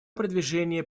продвижение